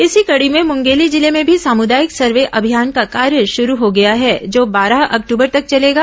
इसी कड़ी में मुंगेली जिले में भी सामुदायिक सर्वे अभियान का कार्य शुरू हो गया है जो बारह अक्टूबर तक चलेगा